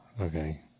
Okay